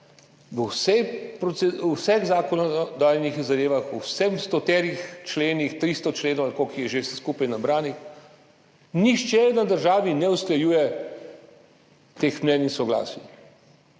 V vseh zakonodajnih zadevah, v vseh stoterih členih, 300 členov ali koliko jih je že vseh skupaj nabranih, nihče v državi ne usklajuje teh mnenj in soglasij.